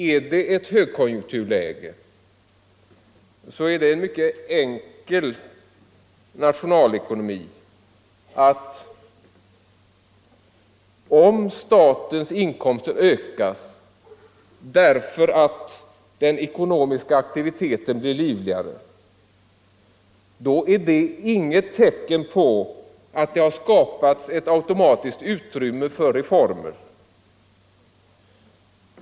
I ett högkonjunkturläge är det enkel nationalekonomi att om statens inkomster ökas därför att den ekonomiska aktiviteten blir livligare, så är detta inget tecken på att det har skapats utrymme för reformer.